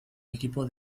equipo